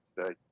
today